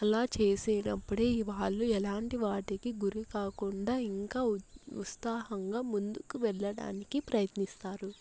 అలా చేసీనప్పుడే వాళ్లు ఎలాంటి వాటికి గురికాకుండా ఇంకా ఉత్సాహంగా ముందుకు వెళ్ళడానికి ప్రయత్నిస్తారు